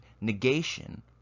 negation